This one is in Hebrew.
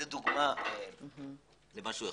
זו דוגמה למשהו אחד.